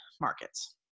markets